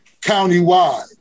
countywide